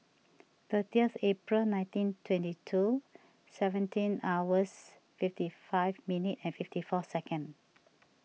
thirtyth April nineteen twenty two seventeen hours fifty five minute and fifty four second